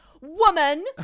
woman